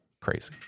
Crazy